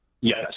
Yes